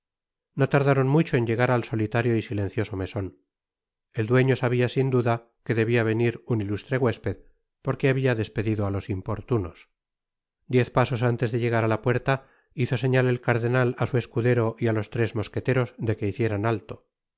no tardaron mucho en llegar al solitario y silencioso meson el dueño sabia sin duda que debia venir un ilustre huésped porque habia despedido á los importunos diez pasos antes de llegar á la puerta hizo señal el cardenal á su escudero y á los tres mosqueteros de que hicieran alto